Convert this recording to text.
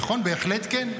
נכון, בהחלט כן.